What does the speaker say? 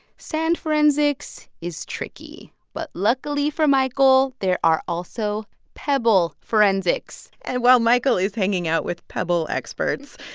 sand forensics is tricky. but luckily for michael, there are also pebble forensics and while michael is hanging out with pebble experts,